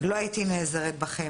לא הייתי נעזרת בכם.